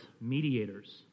mediators